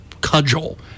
cudgel